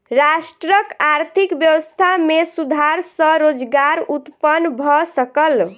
राष्ट्रक आर्थिक व्यवस्था में सुधार सॅ रोजगार उत्पन्न भ सकल